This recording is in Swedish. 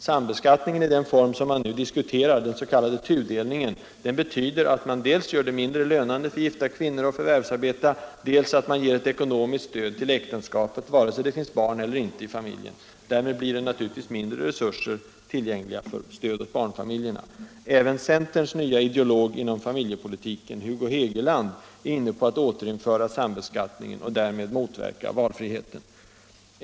Sambeskattningen i den form man nu diskuterar — den s.k. tudelningen — betyder dels att man gör det mindre lönande för gifta kvinnor att förvärvsarbeta, dels att man ger ekonomiskt stöd till äktenskapet vare sig det finns barn eller inte i familjen. Därmed blir det naturligtvis mindre resurser tillgängliga för stöd åt barnfamiljerna. Även centerns nye ideolog inom familjepolitiken, Hugo Hegeland, är inne på att återinföra sambeskattningen och därmed motverka valfriheten.